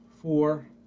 four